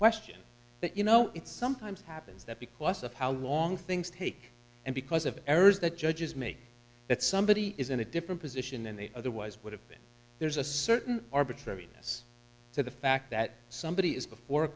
question that you know it sometimes happens that because of how long things take and because of errors that judges make that somebody is in a different position and they otherwise would have been there's a certain arbitrariness to the fact that somebody is before a